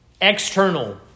external